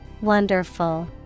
Wonderful